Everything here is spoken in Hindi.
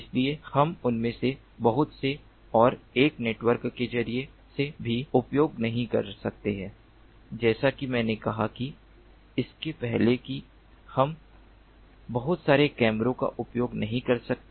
इसलिए हम उनमें से बहुत से और एक नेटवर्क के नजरिए से भी उपयोग नहीं कर सकते हैं जैसा कि मैंने कहा कि इससे पहले कि हम बहुत सारे कैमरों का उपयोग नहीं कर सकते